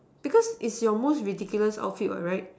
because is your most ridiculous outfit what right